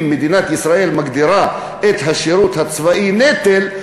אם מדינת ישראל מגדירה את השירות הצבאי נטל,